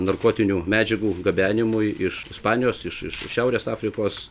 narkotinių medžiagų gabenimui iš ispanijos iš iš šiaurės afrikos